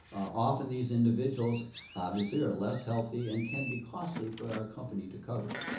often these individuals obviously are less healthy and can be costly for our company to cover.